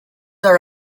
are